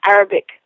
Arabic